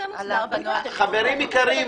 חברים יקרים,